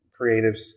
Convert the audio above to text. creatives